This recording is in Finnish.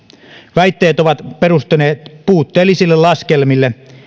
väitteet ovat perustuneet puutteellisille laskelmille